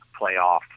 playoff